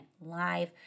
live